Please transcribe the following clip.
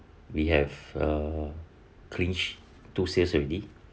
we have uh clinch two sales already